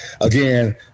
again